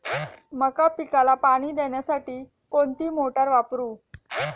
मका पिकाला पाणी देण्यासाठी कोणती मोटार वापरू?